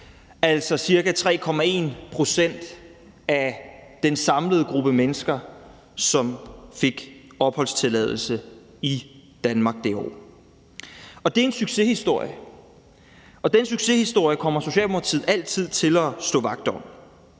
altså ca. 3,1 pct. af den samlede gruppe mennesker, som fik opholdstilladelse i Danmark det år, og det er en succeshistorie, og den succeshistorie kommer Socialdemokratiet altid til at stå vagt om.